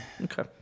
Okay